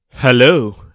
Hello